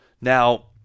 Now